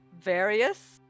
Various